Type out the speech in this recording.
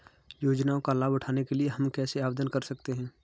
योजनाओं का लाभ उठाने के लिए हम कैसे आवेदन कर सकते हैं?